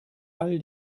all